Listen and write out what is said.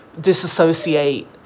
disassociate